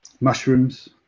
Mushrooms